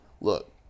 look